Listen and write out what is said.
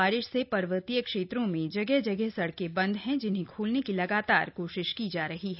बारिश से पर्वतीय क्षेत्रों में जगह जगह सड़कें बंद हैं जिन्हें खोलने की लगातार कोशिश की जा रही है